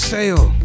Sale